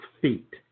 feet